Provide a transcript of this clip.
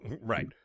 Right